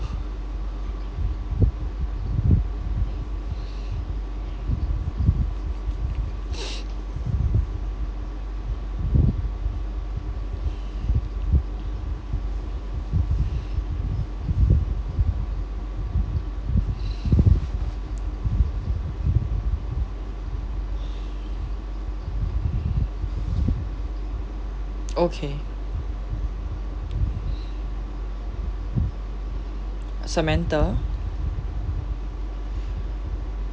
okay samantha